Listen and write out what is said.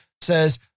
says